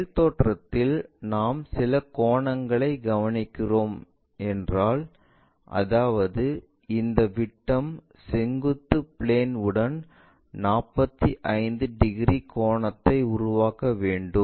மேல் தோற்றத்தில் நாம் சில கோணங்களைக் கவனிக்கிறோம் என்றால் அதாவது இந்த விட்டம் செங்குத்து பிளேன் உடன் 45 டிகிரி கோணத்தை உருவாக்க வேண்டும்